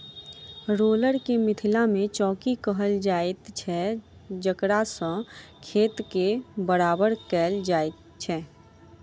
roller के मिथिला मे चौकी कहल जाइत छै जकरासँ खेत के बराबर कयल जाइत छै